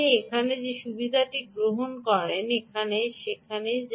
আপনি এখন যে সুবিধাটি গ্রহণ করেন এখন তা এখানেই